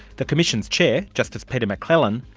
the commission's chair, justice peter mcclellan,